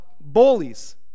bullies